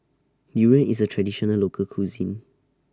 Durian IS A Traditional Local Cuisine